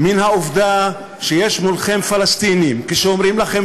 מן העובדה שיש מולכם פלסטינים.